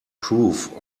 proof